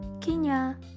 Kenya